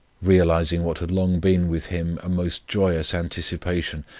realizing what had long been with him a most joyous anticipation,